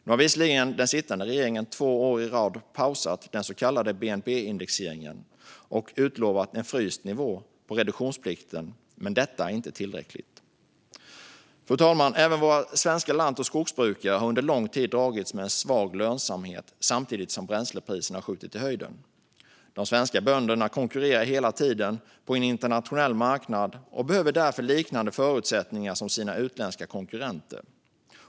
Nu har visserligen den sittande regeringen två år i rad pausat den så kallade bnp-indexeringen och utlovat en fryst nivå på reduktionsplikten, men detta är inte tillräckligt. Fru talman! Även våra svenska lant och skogsbrukare har under lång tid dragits med en svag lönsamhet samtidigt som bränslepriserna skjutit i höjden. De svenska bönderna konkurrerar hela tiden på en internationell marknad och behöver därför liknande förutsättningar som deras utländska konkurrenter har.